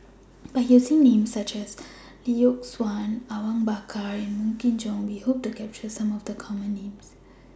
By using Names such as Lee Yock Suan Awang Bakar and Wong Kin Jong We Hope to capture Some of The Common Names